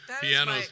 Pianos